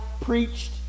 preached